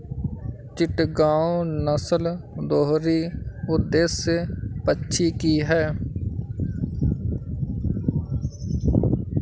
चिटगांव नस्ल दोहरी उद्देश्य पक्षी की है